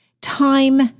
Time